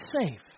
safe